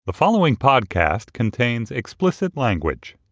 the following podcast contains explicit language